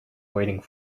waiting